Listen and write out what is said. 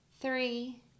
three